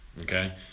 Okay